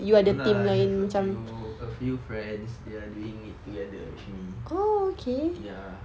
no lah I have a few a few friends they are doing it together with me ya